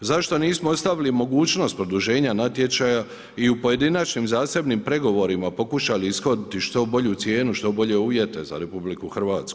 Zašto nismo ostavili mogućnost produženja natječaja i u pojedinačnim zasebnim pregovorima pokušali ishoditi što bolju cijenu, što bolje uvjete za RH.